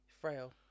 Frail